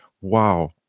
Wow